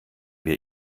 wir